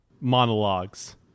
monologues